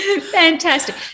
fantastic